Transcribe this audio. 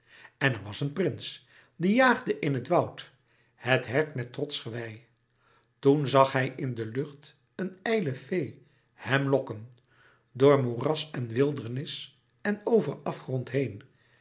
en er was een prins die jaagde in het woud het hert met trotsch gewei toen zag hij in de lucht een ijle fee hem lokken door moeras en wildernis en over afgrond heen